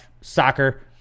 soccer